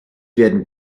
werden